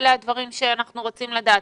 אלה הדברים שאנחנו רוצים לדעת.